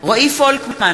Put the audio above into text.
רועי פולקמן,